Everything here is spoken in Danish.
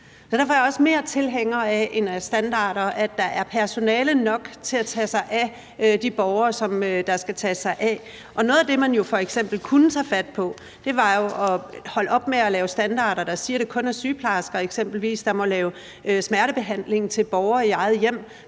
Derfor er jeg også mere tilhænger af, at der er personale nok til at tage sig af de borgere, som man skal tage sig af, end jeg er af standarder. Noget af det, man f.eks. kunne tage fat på, var jo at holde op med at lave standarder, der siger, at det eksempelvis kun er sygeplejersker, der må lave smertebehandling af borgere i eget hjem,